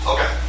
Okay